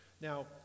now